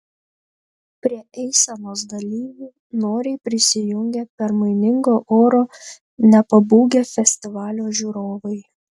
prie eisenos dalyvių noriai prisijungė permainingo oro nepabūgę festivalio žiūrovai